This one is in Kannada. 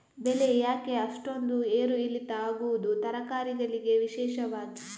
ಬೆಳೆ ಯಾಕೆ ಅಷ್ಟೊಂದು ಏರು ಇಳಿತ ಆಗುವುದು, ತರಕಾರಿ ಗಳಿಗೆ ವಿಶೇಷವಾಗಿ?